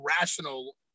rational